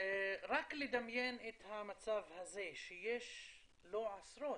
רק לדמיין את המצב הזה שיש לא עשרות,